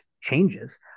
changes